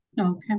Okay